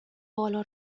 بالا